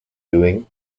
doing